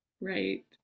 right